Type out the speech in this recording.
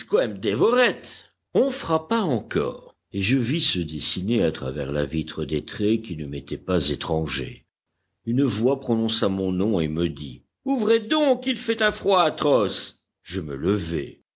on frappa encore et je vis se dessiner à travers la vitre des traits qui ne m'étaient pas étrangers une voix prononça mon nom et me dit ouvrez donc il fait un froid atroce je me levai